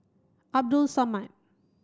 Abdul Samad